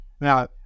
Now